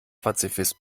pazifist